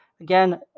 again